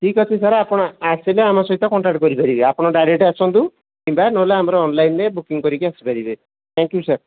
ଠିକ୍ ଅଛି ସାର୍ ଆପଣ ଆସିଲେ ଆମ ସହିତ କଣ୍ଟାକ୍ଟ କରିପାରିବେ ଆପଣ ଡାଇରେକ୍ଟ ଆସନ୍ତୁ କିମ୍ବା ନହେଲେ ଆମର ଅନଲାଇନ୍ରେ ବୁକିଂ କରିକି ଆସିପାରିବେ ଥ୍ୟାଙ୍କ୍ ୟୁ ସାର୍